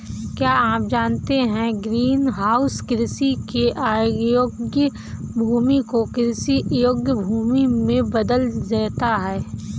क्या आप जानते है ग्रीनहाउस कृषि के अयोग्य भूमि को कृषि योग्य भूमि में बदल देता है?